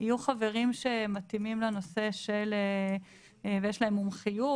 יהיו חברים שמתאימים ויש להם מומחיות